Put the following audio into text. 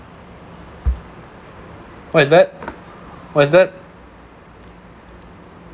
what is that what is that